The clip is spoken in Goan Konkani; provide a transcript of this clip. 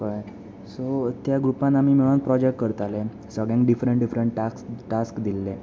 कळें सो त्या ग्रुपान आमी मेळून प्रॉजॅक करताले सगळ्यांक डिफरण डिफरण टाक्स टास्क दिल्ले